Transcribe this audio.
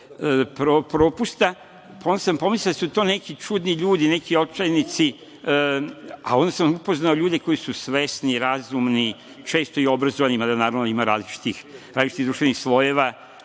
onda sam pomislio da su to neki čudni ljudi, neki očajnici, a onda sam upoznao ljude koji su svesni, razumni, često i obrazovani, mada, naravno, ima različitih društvenih slojeva,